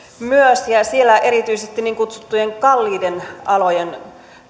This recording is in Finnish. myös ja ja siellä erityisesti niin kutsuttujen kalliiden alojen